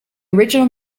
original